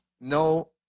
no